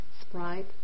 Sprite